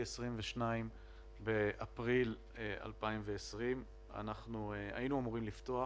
22 באפריל 2020. היינו אמורים לפתוח